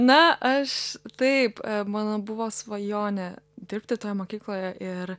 na aš taip mano buvo svajonė dirbti toje mokykloje ir